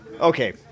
Okay